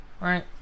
right